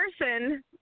person